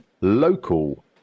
local